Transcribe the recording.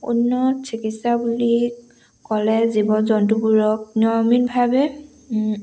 উন্নত চিকিৎসা বুলি ক'লে জীৱ জন্তুবোৰক নিয়মিতভাৱে